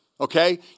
Okay